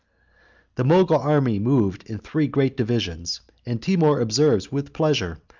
the mogul army moved in three great divisions and timour observes with pleasure,